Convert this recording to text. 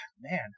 man